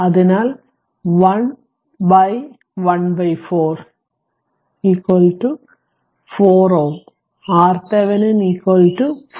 അതിനാൽ 1 1 4 അതിനാൽ 4 Ω RThevenin 4